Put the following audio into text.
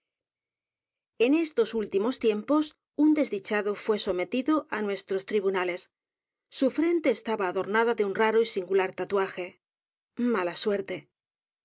en estos últimos tiempos u n desdichado fué sometido á nuestros tribunales su frente estaba adornada de un raro y singular t a